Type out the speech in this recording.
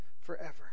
forever